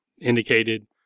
indicated